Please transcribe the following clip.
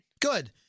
Good